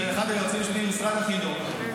אחד היועצים המשפטיים במשרד החינוך,